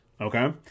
okay